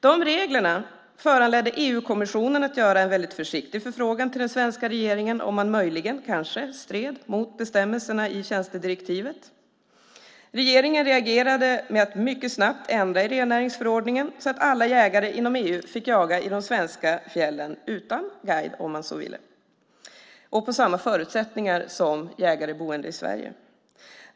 Dessa regler föranledde EU-kommissionen att göra en mycket försiktig förfrågan till den svenska regeringen om man möjligen stred mot bestämmelserna i tjänstedirektivet. Regeringen reagerade med att mycket snabbt ändra i rennäringsförordningen så att alla jägare inom EU fick jaga i de svenska fjällen, utan guide om man så ville, och på samma förutsättningar som jägare boende i Sverige.